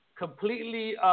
completely